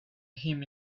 him